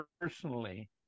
personally